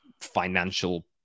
financial